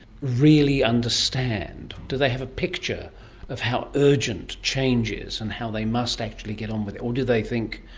really understand? do they have a picture of how urgent change is, and how they must actually get on with it? or do they think,